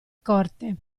corte